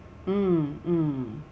mm mm